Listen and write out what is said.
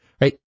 Right